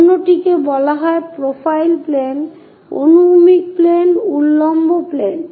অন্যটিকে বলা হয় profile plane অনুভূমিক প্লেন উল্লম্ব প্লেন